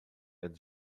and